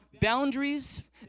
boundaries